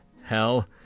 hell